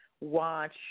watch